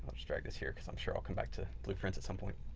just drag this here because i'm sure i'll come back to blueprints at some point.